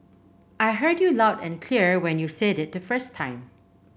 I heard you loud and clear when you said it the first time